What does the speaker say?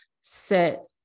set